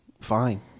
fine